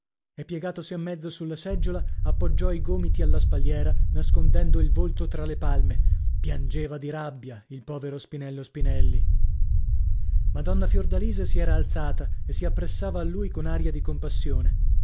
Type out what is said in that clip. e piegatosi a mezzo sulla seggiola appoggiò i gomiti alla spalliera nascondendo il volto tra le palme piangeva di rabbia il povero spinello spinelli madonna fiordalisa si era alzata e si appressava a lui con aria di compassione